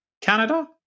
Canada